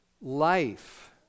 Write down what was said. Life